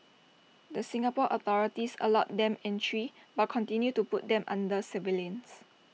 the Singapore authorities allowed them entry but continued to put them under surveillance